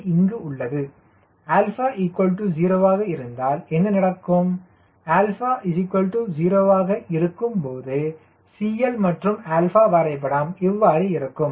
c இங்கு உள்ளது 𝛼 0 ஆக இருந்தால் என்ன நடக்கும் 𝛼 0 ஆக இருக்கும்போது CL மற்றும் 𝛼 வரைபடம் இவ்வாறு இருக்கும்